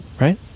right